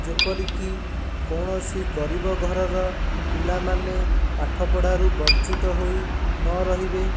ଯେପରିକି କୌଣସି ଗରିବ ଘରର ପିଲାମାନେ ପାଠ ପଢ଼ାରୁ ବଞ୍ଚିତ ହୋଇ ନରହିବେ